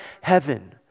heaven